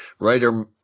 writer